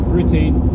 routine